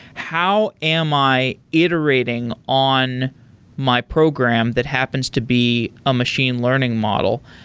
how am i iterating on my program that happens to be a machine learning model?